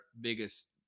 biggest